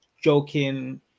joking